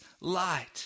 light